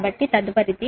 కాబట్టి తదుపరిది